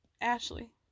Ashley